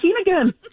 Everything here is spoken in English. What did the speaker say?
again